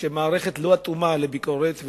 שהמערכת לא אטומה לביקורת,